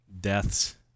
deaths